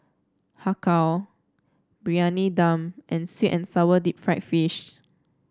Har Kow Briyani Dum and sweet and sour Deep Fried Fish